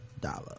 dollar